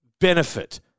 benefit